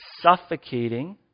suffocating